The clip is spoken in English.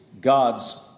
God's